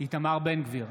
איתמר בן גביר,